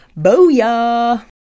Booyah